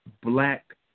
black